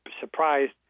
surprised